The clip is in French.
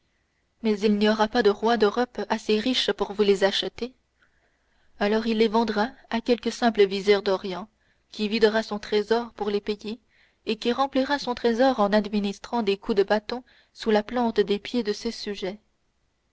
mais il n'y aura pas de roi d'europe assez riche pour vous les acheter alors il les vendra à quelque simple vizir d'orient qui videra son trésor pour les payer et qui remplira son trésor en administrant des coups de bâton sous la plante des pieds de ses sujets